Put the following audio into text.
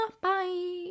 Bye